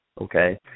okay